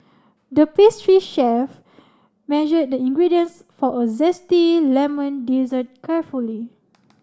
the pastry chef measured the ingredients for a zesty lemon dessert carefully